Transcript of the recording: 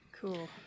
Cool